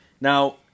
Now